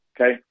Okay